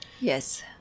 Yes